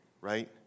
right